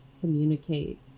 communicate